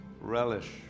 relish